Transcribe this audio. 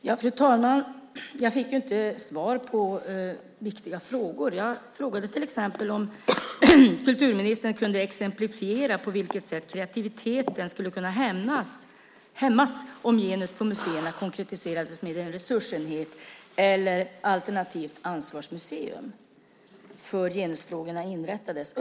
Fru talman! Jag fick inte svar på viktiga frågor. Jag frågade till exempel om kulturministern kunde exemplifiera på vilket sätt kreativiteten skulle kunna hämmas om genus på museerna konkretiserades med att en resursenhet alternativt ett ansvarsmuseum för genusfrågorna inrättades.